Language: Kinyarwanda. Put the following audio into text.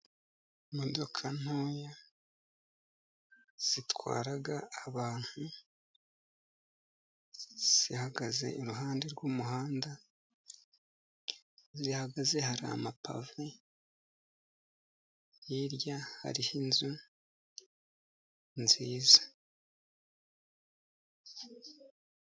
Imodoka ntoya zitwara abantu, zihagaze iruhande rw'umuhanda, aho zihagaze hari amapave, hirya hariho inzu nziza.